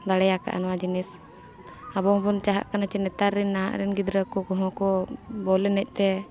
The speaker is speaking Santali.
ᱫᱟᱲᱮ ᱟᱠᱟᱫᱼᱟ ᱱᱚᱣᱟ ᱡᱤᱱᱤᱥ ᱟᱵᱚ ᱦᱚᱸᱵᱚᱱ ᱪᱟᱦᱟᱜ ᱠᱟᱱᱟ ᱡᱮ ᱱᱮᱛᱟᱨ ᱨᱮᱱ ᱱᱟᱦᱟᱜ ᱨᱮᱱ ᱜᱤᱫᱽᱨᱟᱹ ᱠᱚ ᱠᱚᱦᱚᱸ ᱠᱚ ᱵᱚᱞ ᱮᱱᱮᱡ ᱛᱮ